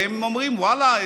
והם אומרים: ואללה,